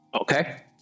Okay